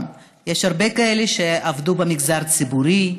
יש הרבה כאלה שעבדו במגזר הציבורי,